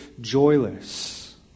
joyless